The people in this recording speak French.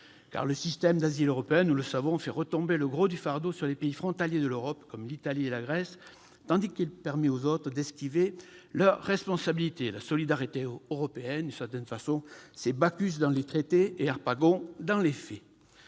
que le système d'asile européen fait peser le gros du fardeau sur les pays frontaliers comme l'Italie et la Grèce, tandis qu'il permet aux autres d'esquiver leurs responsabilités. La solidarité européenne, d'une certaine façon, c'est Bacchus dans les traités et Harpagon dans les faits